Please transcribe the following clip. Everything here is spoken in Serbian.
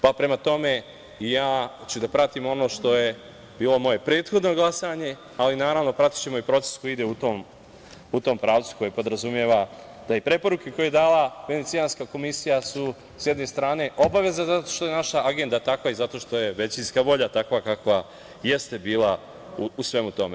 Prema tome, ja ću da pratim ono što je i ovo moje prethodno glasanje, ali naravno pratićemo i proces koji ide u tom pravcu, koji podrazumeva da i preporuke koje je dala Venecijanska komisija su s jedne strane obaveza zato što je naša agenda takva i zato što je većinska volja takva kakva jeste bila u svemu tome.